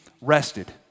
rested